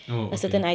oh okay